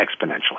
exponentially